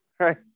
Right